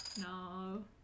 No